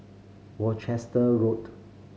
Worcester Road